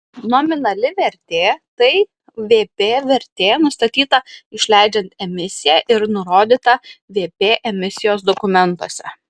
nominali vertė tai vp vertė nustatyta išleidžiant emisiją ir nurodyta vp emisijos dokumentuose